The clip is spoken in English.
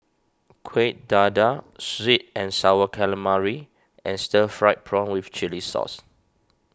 Kuih Dadar Sweet and Sour Calamari and Stir Fried Prawn with Chili Sauce